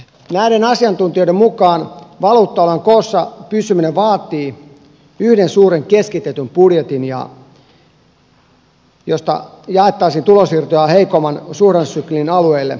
näiden asiantuntijoiden mukaan valuutta alueen koossa pysyminen vaatii yhden suuren keskitetyn budjetin josta jaettaisiin tulonsiirtoja heikomman suhdannesyklin alueille